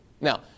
Now